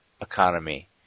economy